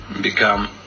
become